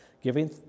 giving